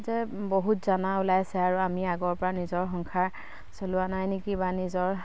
যে বহুত জানা ওলাইছে আৰু আমি আগৰ পৰা নিজৰ সংসাৰ চলোৱা নাই নেকি বা নিজৰ